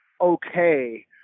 okay